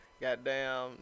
goddamn